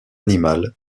animal